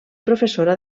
professora